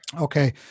Okay